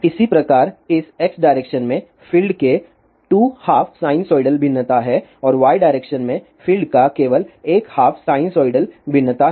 इसी प्रकार इस x डायरेक्शन में फील्ड के 2 हाफ साइनसोइडल भिन्नता हैं और y डायरेक्शन में फील्ड का केवल एक हाफ साइनसोइडल भिन्नता है